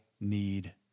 need